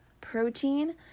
Protein